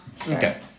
Okay